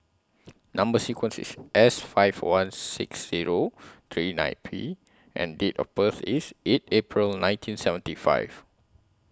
Number sequence IS S five one six Zero three nine P and Date of birth IS eight April nineteen seventy five